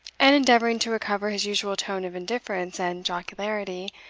and endeavouring to recover his usual tone of indifference and jocularity,